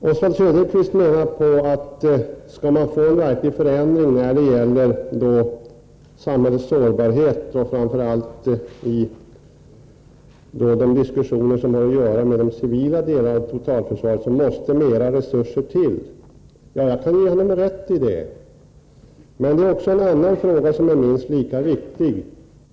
Oswald Söderqvist menar att skall man få en verklig förändring när det gäller samhällets sårbarhet, framför allt i det som har att göra med de civila delarna av totalförsvaret, måste mera resurser till. Jag kan ge honom rätt i det. Men det finns också en annan aspekt, som är minst lika viktig.